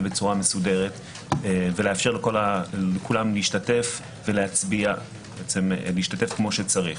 בצורה מסודרת ולאפשר לכולם להשתתף ולהצביע כמו שצריך.